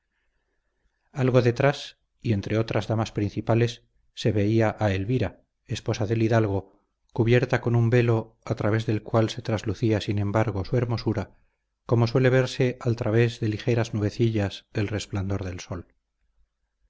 algo detrás y entre otras damas principales se veía a elvira esposa del hidalgo cubierta con un velo al través del cual se traslucía sin embargo su hermosura como suele verse al través de ligeras nubecillas el resplandor del sol